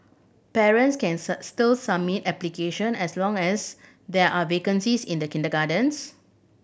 parents can still submit application as long as there are vacancies in the kindergartens